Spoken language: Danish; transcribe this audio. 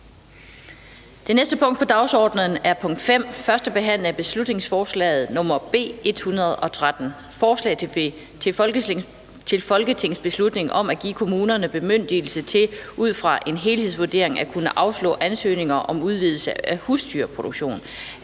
Det næste punkt på dagsordenen er: 5) 1. behandling af beslutningsforslag nr. B 113: Forslag til folketingsbeslutning om at give kommunerne bemyndigelse til ud fra en helhedsvurdering at kunne afslå ansøgninger om udvidelse af husdyrproduktion.